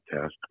test